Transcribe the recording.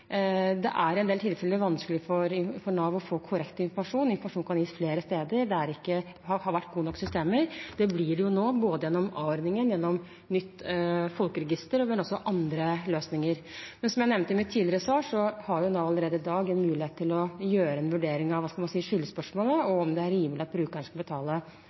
det i en del tilfeller er vanskelig for Nav å få korrekt informasjon. Informasjon kan gis flere steder, det har ikke vært gode nok systemer. Det blir det nå, både gjennom a-ordningen og gjennom nytt folkeregister, men også andre løsninger. Som jeg nevnte i mitt tidligere svar, har Nav allerede i dag en mulighet til å gjøre en vurdering av skyldspørsmålet og om det er rimelig at brukeren skal betale